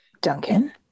Duncan